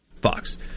Fox